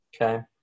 Okay